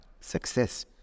Success